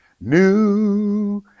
new